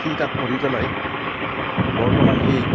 সি তাত পঢ়ি পেলাই বৰ্তমান সি